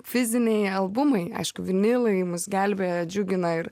fiziniai albumai aišku vinilai mus gelbėja džiugina ir